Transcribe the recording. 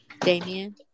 Damien